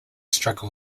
struggle